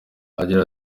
agira